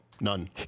none